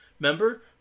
Remember